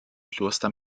kloster